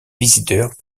visiteurs